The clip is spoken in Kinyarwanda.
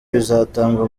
bizatangwa